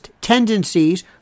tendencies